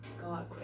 God